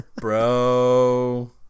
Bro